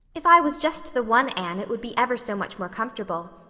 if i was just the one anne it would be ever so much more comfortable,